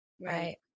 right